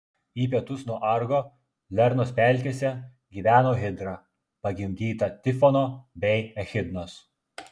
į pietus nuo argo lernos pelkėse gyveno hidra pagimdyta tifono bei echidnos